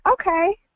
okay